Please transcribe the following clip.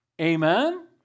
Amen